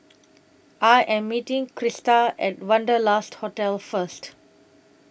I Am meeting Krysta At Wanderlust Hotel First